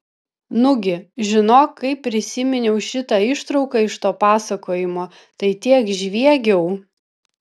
nugi žinok kai prisiminiau šitą ištrauką iš to pasakojimo tai tiek žviegiau